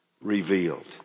revealed